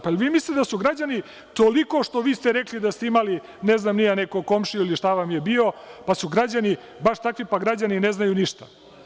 Pa, jel vi mislite da su građani toliko, što ste vi rekli da ste imali, ne znam ni ja, nekog komšiju, ili šta vam je bio, pa su građani baš takvi, pa građani ne znaju ništa?